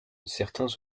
certains